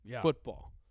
Football